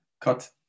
Cut